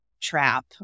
trap